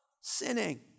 sinning